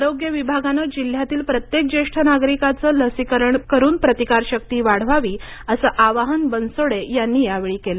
आरोग्य विभागानं जिल्ह्यातील प्रत्येक ज्येष्ठ नागरिकाचं लसीकरण करून त्यांची प्रतिकार शक्ती वाढवावी असं आवाहन बनसोडे यांनी या वेळी केलं